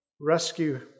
rescue